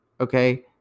okay